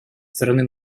стороны